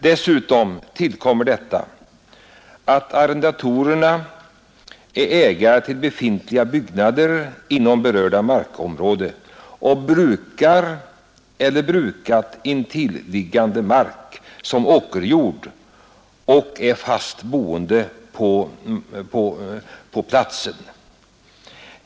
Dessutom tillkommer att arrendatorerna är ägare till befintliga byggnader inom berörda markområde och brukar eller har brukat intilliggande mark som åkerjord och är fast bosatta på platsen.